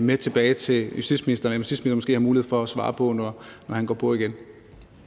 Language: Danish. med tilbage til justitsministeren. Det har justitsministeren måske mulighed for at svare på, når han går på igen.